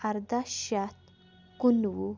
اَرداہ شَتھ کُنوُہ